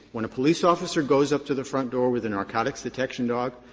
when a police officer goes up to the front door with a narcotics detection dog,